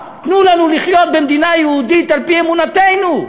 תנו לנו לחיות במדינה יהודית על-פי אמונתנו,